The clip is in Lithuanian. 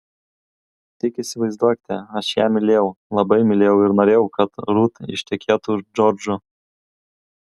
tik įsivaizduokite aš ją mylėjau labai mylėjau ir norėjau kad rut ištekėtų už džordžo